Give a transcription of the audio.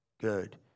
good